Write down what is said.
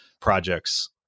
projects